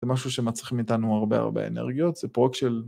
זה משהו שמצריכים מאיתנו הרבה הרבה אנרגיות, זה פרוק של...